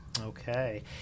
Okay